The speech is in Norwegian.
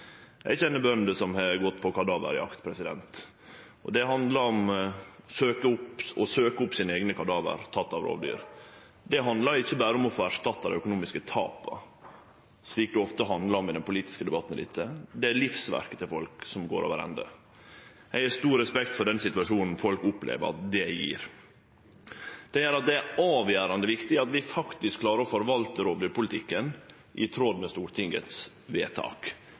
Eg kjenner bønder som har gått på kadaverjakt. Det handlar om å søkje opp sine eigne kadaver, tekne av rovdyr. Det handlar ikkje berre om å få erstatta dei økonomiske tapa, slik det ofte handlar om i den politiske debatten. Det er livsverket til folk som går over ende. Eg har stor respekt for den situasjonen folk opplever at det gjev. Det gjer at det er avgjerande viktig at vi faktisk klarar å forvalte rovdyrpolitikken i tråd med Stortingets vedtak.